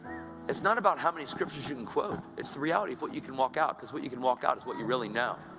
it's not about how many scriptures you can quote. it's the reality of what you can walk out because what you can walk out is what you really know.